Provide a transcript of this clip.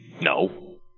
No